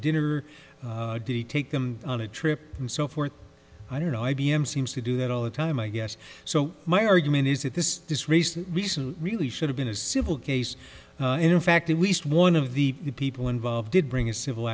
dinner did he take them on a trip and so forth i don't know i b m seems to do that all the time i guess so my argument is that this is this recent recent really should have been a civil case and in fact we saw one of the people involved did bring a civil